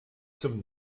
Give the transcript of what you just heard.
zum